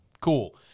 cool